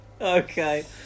Okay